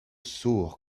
sourds